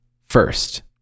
first